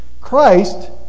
Christ